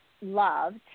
loved